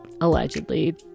allegedly